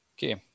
Okay